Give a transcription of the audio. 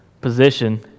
position